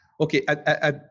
Okay